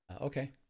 Okay